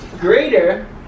greater